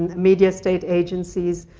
media state agencies,